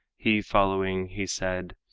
he following, he said,